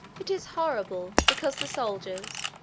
it is horrible, because the soldiers,